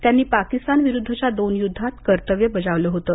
त्यांनी पाकिस्तानविरुद्धच्या दोन युद्धांत कर्तव्य बजावलं होतं